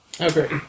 Okay